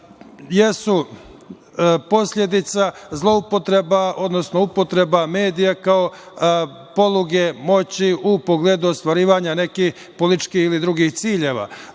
jesu posledica zloupotreba, odnosno upotreba medija kao poluge moći u pogledu ostvarivanja nekih političkih ili drugih ciljeva.